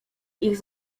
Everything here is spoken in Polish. ich